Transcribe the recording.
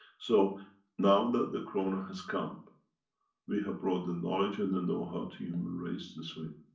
so now that the corona has come we have brought the knowledge and the know-how to human race this way.